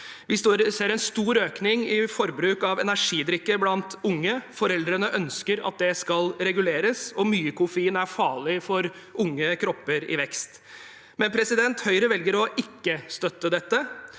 Vi ser en stor økning i forbruk av energidrikk blant unge. Foreldrene ønsker at det skal reguleres, for mye koffein er farlig for unge kropper i vekst, men Høyre velger å ikke støtte dette.